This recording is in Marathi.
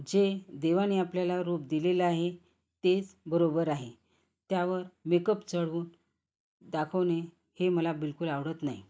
जे देवाने आपल्याला रूप दिलेलं आहे तेच बरोबर आहे त्यावर मेकअप चढून दाखवणे हे मला बिलकुल आवडत नाही